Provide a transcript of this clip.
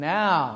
Now